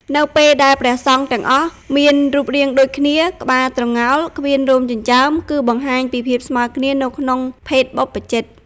នៅពេលដែលព្រះសង្ឃទាំងអស់មានរូបរាងដូចគ្នា (ក្បាលត្រងោល គ្មានរោមចិញ្ចើម) គឺបង្ហាញពីភាពស្មើគ្នានៅក្នុងភេទបព្វជិត។